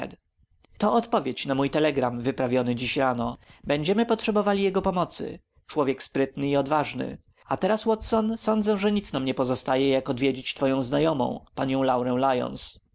to odpowiedź na mój telegram wyprawiony dziś rano będziemy potrzebowali jego pomocy człowiek sprytny i odważny a teraz watson sądzę że nic nam nie pozostaje jak odwiedzić twoją znajomą panią